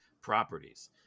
properties